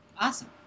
Awesome